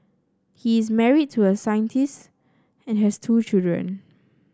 he is married to a scientist and has two children